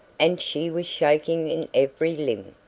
and she was shaking in every limb,